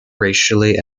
racially